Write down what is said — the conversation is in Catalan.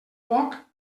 poc